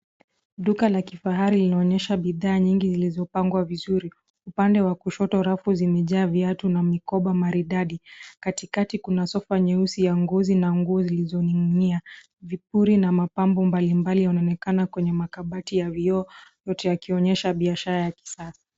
Duka la kifahari linaonyesha bidhaa nyingi zilizopangwa vizuri. Upande wa kushoto rafu zimejaa viatu na mikoba maridadi. Katikati kuna sofa nyeusi ya ngozi na nguo zilizoning'inia. Vipuri na mapambo mbalimbali yanaonekana kwenye makabati ya vioo yote yakionyesha biashara ya kisasa.